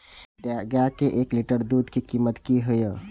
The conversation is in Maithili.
गाय के एक लीटर दूध के कीमत की हय?